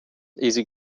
easy